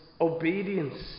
obedience